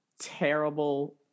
terrible